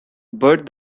bert